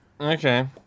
Okay